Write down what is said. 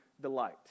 delight